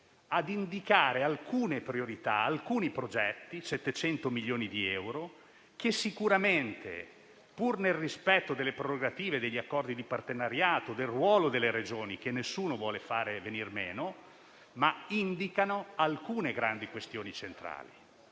ad indicare alcune priorità e alcuni progetti (700 milioni di euro) che sicuramente, pur nel rispetto delle prerogative e degli accordi di partenariato e del ruolo delle Regioni (che nessuno vuole far venir meno), indicano alcune grandi questioni centrali.